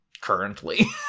currently